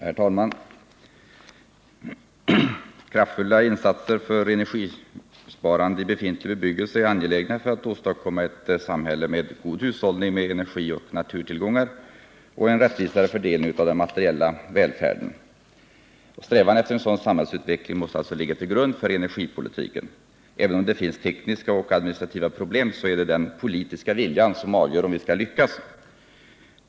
Herr talman! Kraftfulla insatser för energisparande i befintlig bebyggelse är angelägna för att åstadkomma ett samhälle med god hushållning med energi och naturtillgångar och en rättvisare fördelning av den materiella välfärden. Strävan efter en sådan samhällsutveckling måste alltså ligga till grund för energipolitiken. Även om det finns tekniska och administrativa problem är det den politiska viljan som avgör om vi skall lyckas.